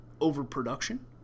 overproduction